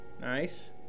Nice